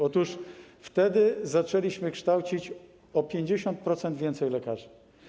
Otóż wtedy zaczęliśmy kształcić o 50% więcej lekarzy.